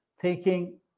taking